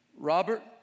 Robert